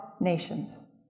nations